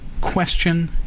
Question